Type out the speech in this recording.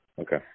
Okay